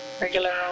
Regular